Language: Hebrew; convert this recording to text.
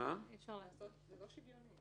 שוויוני